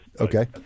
Okay